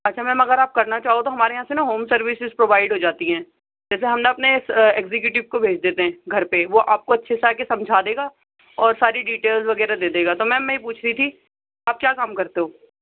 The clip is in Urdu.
اچھا میم اگر آپ کرنا چاہو تو ہمارے یہاں سے نا ہوم سرویسز پروائڈ ہو جاتی ہیں جیسے ہم نا اپنے اِس ایگزیکیٹو کو بھیج دیتے ہیں گھر پہ وہ آپ کو اچھے سے آکے سمجھا دیگا اور ساری ڈیٹیلس وغیرہ دے دے گا تو میم میں یہ پوچھ رہی تھی آپ کیا کام کرتے ہو